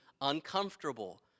uncomfortable